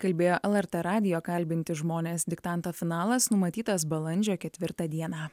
kalbėjo lrt radijo kalbinti žmonės diktanto finalas numatytas balandžio ketvirtą dieną